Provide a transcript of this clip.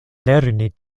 lerni